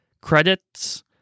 credits